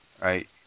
right